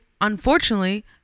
unfortunately